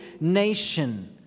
nation